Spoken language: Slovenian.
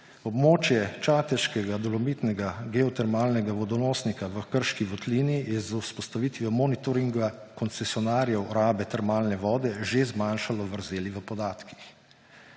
»Območje Čateškega dolomitnega geotermalnega vodonosnika v Krški votlini je z vzpostavitvijo monitoringa koncesionarjev rabe termalne vode že zmanjšalo vrzeli v podatkih.